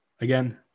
again